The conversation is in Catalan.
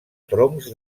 troncs